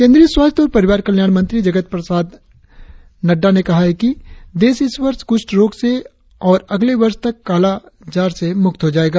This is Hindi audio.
केंद्रीय स्वास्थ्य और परिवार कल्याण मंत्री जगत प्रकाश नड्डा ने कहा है कि देश इस वर्ष कुष्ठ रोग से और अगले वर्ष तक काला आजार से मुक्त हो जाएगा